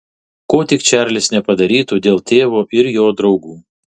ko tik čarlis nepadarytų dėl tėvo ir jo draugų